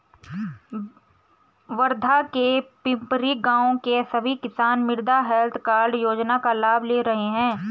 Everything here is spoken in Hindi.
वर्धा के पिपरी गाँव के सभी किसान मृदा हैल्थ कार्ड योजना का लाभ ले रहे हैं